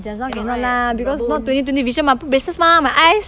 just now cannot lah because not twenty twenty vision mah put braces mah my eyes